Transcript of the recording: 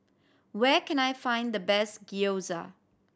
where can I find the best Gyoza